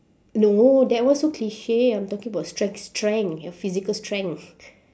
no that one so cliche I'm talking about stre~ strength your physical strength